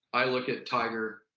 i look at tiger,